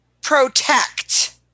Protect